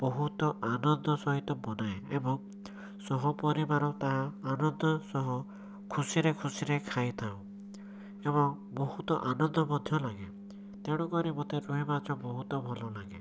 ବହୁତ ଆନନ୍ଦ ସହିତ ବନାଏ ଏବଂ ସହ ପରିବାର ତାହା ଆନନ୍ଦର ସହ ଖୁସିରେ ଖୁସିରେ ଖାଇଥାଉ ଏବଂ ବହୁତ ଆନନ୍ଦ ମଧ୍ୟ ଲାଗେ ତେଣୁ କରି ମୋତେ ରୋହି ମାଛ ବହୁତ ଭଲଲାଗେ